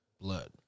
blood